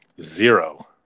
zero